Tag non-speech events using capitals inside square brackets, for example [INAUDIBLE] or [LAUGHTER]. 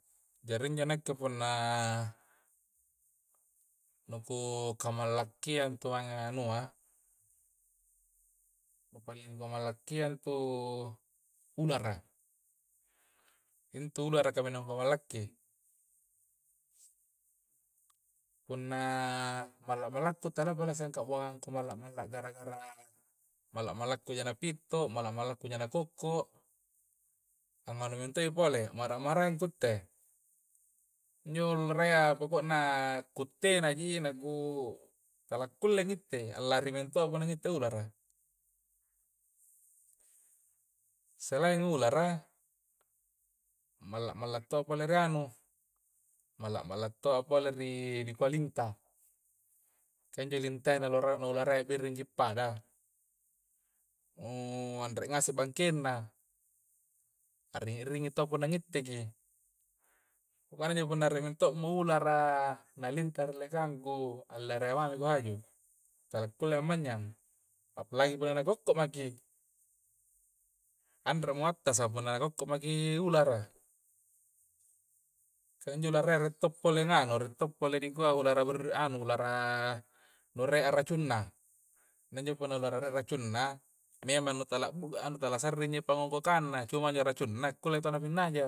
Jari intu nakke punna nangku kamallakiang intu mange nu anua nu nangku kamallakiang intu ulara intu ulara kamenangkumallaki punna malla-malla ku tarea pole sangka bongangku ku malla-malla gara-agara malla-mallaku ja na pip to malla-mallaku ja na kokko' angmannu mintu pole marang-maraeng kutte'. injo ularaya pokokna kuttena ji na ku tala kutte nitte allari minto'a punna ngitte ulara selain ulara malla-malla to pole rianu, malla-malla to ri na dikua lintah. kah injo lintah ya na ulana ulara ya birringji pada' nu anre ngaseng bangkengna ` a a' ringi to punna ngitteki, kuare ngiapunna rie minto' mo ulara na linta ri dallekangku allere laloji ku haju. talla kulle manyyang palagi punna na ko'ko maki, anremo attasa punna ko'ko maki ulara kah injo ulara ya rie' to pole nganu rie to pole dikua ulara [HESITATION] ulara ber anu ulara [HESITATION] nu rie arracung na, nanyu na punna ulara ra rie racunna memang nu tala bu tala sa're nyima'pagokanna cumang ni racunna kulle taua na pinnaja.